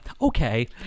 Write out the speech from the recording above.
okay